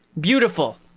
beautiful